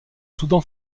soudan